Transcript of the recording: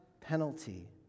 penalty